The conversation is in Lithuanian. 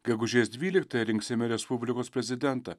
gegužės dvyliktąją rinksime respublikos prezidentą